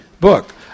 book